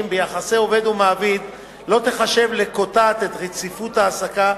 ביחסי עובד ומעביד לא תיחשב לקטיעת רציפות ההעסקה,